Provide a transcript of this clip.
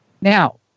Now